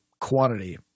quantity